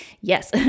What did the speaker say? yes